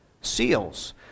seals